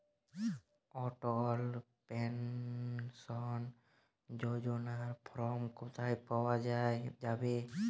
অটল pension যোজনার form কোথায় পাওয়া যাবে?